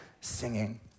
singing